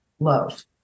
Love